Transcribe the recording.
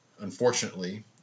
Unfortunately